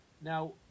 Now